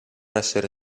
essere